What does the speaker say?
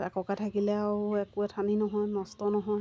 তাৰ ককাই থাকিলে আৰু একো এঠানি নহয় নষ্ট নহয়